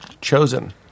Chosen